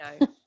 no